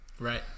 Right